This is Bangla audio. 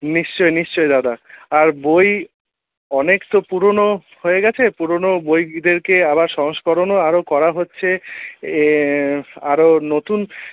নিশ্চয়ই নিশ্চয়ই দাদা আর বই অনেক তো পুরনো হয়ে গেছে পুরনো বইদেরকে আবার সংস্করণও আরও করা হচ্ছে আরো নতুন